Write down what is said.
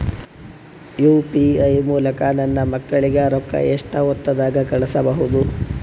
UPI ಮೂಲಕ ನನ್ನ ಮಕ್ಕಳಿಗ ರೊಕ್ಕ ಎಷ್ಟ ಹೊತ್ತದಾಗ ಕಳಸಬಹುದು?